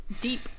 deep